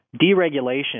deregulation